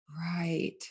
Right